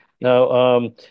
Now